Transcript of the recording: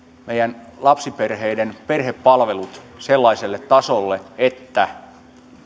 meidän lapsiperheiden perhepalvelut sellaiselle tasolle että